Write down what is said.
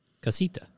Casita